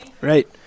Right